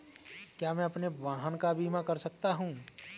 क्या मैं अपने वाहन का बीमा कर सकता हूँ?